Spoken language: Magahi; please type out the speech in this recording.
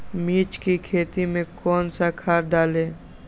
मिर्च की खेती में कौन सा खाद डालें?